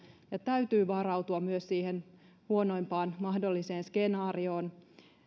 ja täytyy varautua myös siihen huonoimpaan mahdolliseen skenaarioon